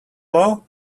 low